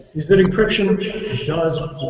is that encryption does